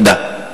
תודה.